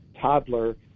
toddler